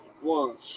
one